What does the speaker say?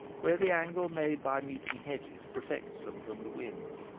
where the angle made by meeting hedges protects them from the wind,